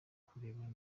kurebera